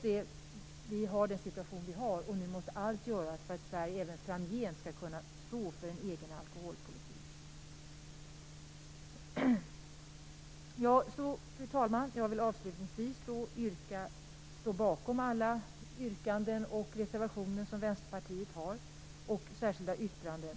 Men vi har den situation som vi har, och nu måste allt göras för att Sverige även framgent skall kunna stå för en egen alkoholpolitik. Fru talman! Avslutningsvis står jag bakom alla reservationer och yttranden som Vänsterpartiet har avgett.